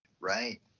Right